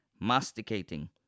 masticating